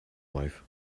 wife